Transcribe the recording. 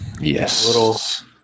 Yes